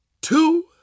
two